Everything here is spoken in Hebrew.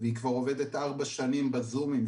והיא כבר עובדת ארבע שנים בזומים,